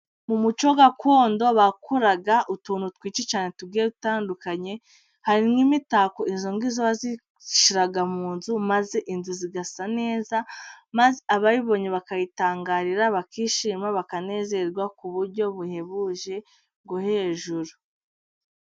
Mu muco gakondo bakoraga utuntu twishi cyane tugiye dutandukanye, harimwo imitako. Iyo ngiyo bayishyiraga mu nzu, maze inzu zigasa neza, maze abayibonye bakayitangarira, bakishima, bakanezerwa ku buryo buhebuje bwo hejuru.